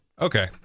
Okay